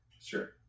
Sure